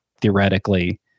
theoretically